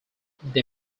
they